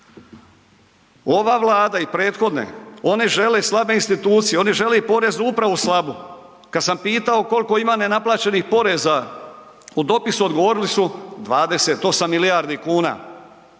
Ova Vlada i prethodne one žele slabe institucije, one žele Poreznu upravu slabu. Kada sam pitao koliko ima nenaplaćenih poreza u dopisu, odgovorili su 28 milijardi kuna.